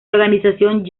organización